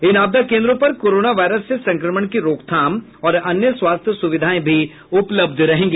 इन आपदा केन्द्रों पर कोरोना वायरस से संक्रमण की रोकथाम और अन्य स्वास्थ्य सुविधाएं भी उपलब्ध रहेंगी